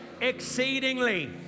exceedingly